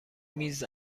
میز